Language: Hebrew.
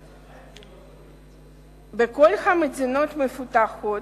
בכל המדינות המפותחות